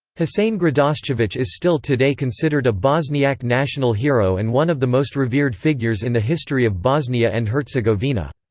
husein gradascevic is still today considered a bosniak national hero and one of the most revered figures in the history of bosnia and herzegovina.